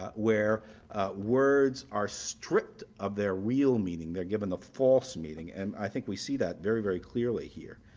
ah where words are stripped of their real meaning they're given a false meaning and i think we see that very, very clearly here.